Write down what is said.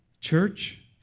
Church